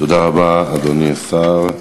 תודה רבה, אדוני השר.